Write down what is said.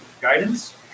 Guidance